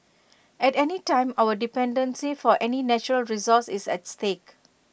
at any time our dependency for any natural resource is at stake